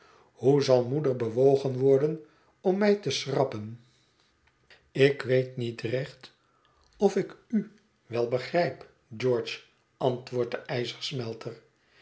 hoe zal moeder bewogen worden om mij te schrappen ik weet niet recht of ik u wel begrijp george antwoordt de